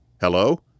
Hello